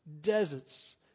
deserts